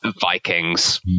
Vikings